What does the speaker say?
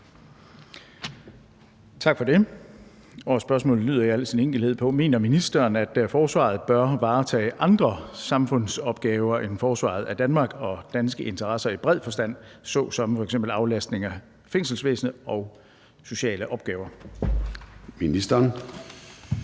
Til forsvarsministeren af: Carsten Bach (LA): Mener ministeren, at Forsvaret bør varetage andre samfundsopgaver end forsvaret af Danmark og danske interesser i bred forstand, såsom aflastning af fængselsvæsenet og sociale opgaver? Formanden